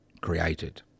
created